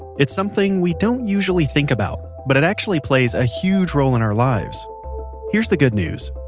it's something we don't usually think about, but it actually plays a huge role in our lives here's the good news.